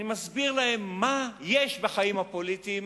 אני מסביר להם מה יש בחיים הפוליטיים,